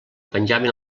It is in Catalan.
penjaven